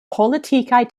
politikaj